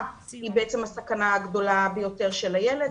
היא בעצם הסכנה הגדולה ביותר של הילד,